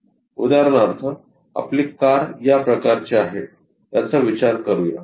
उदाहरणार्थ आपली कार या प्रकारची आहे याचा विचार करूया